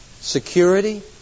security